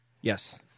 Yes